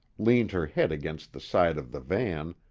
leaned her head against the side of the van,